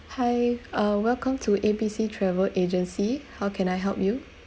hi uh welcome to A B C travel agency how can I help you